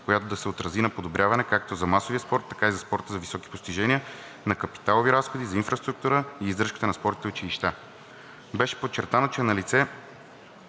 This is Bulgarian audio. която да се отрази на подобряване както за масовия спорт, така и за спорта за високи постижения, на капиталови разходи за инфраструктура и издръжката на спортните училища. Беше подчертано, че е налице